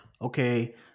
Okay